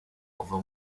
kuva